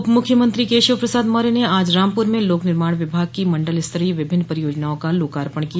उप मुख्यमंत्री केशव प्रसाद मौर्य ने आज रामपूर में लोक निर्माण विभाग की मंडल स्तरीय विभिन्न परियोजनाओं का लोकार्पण किया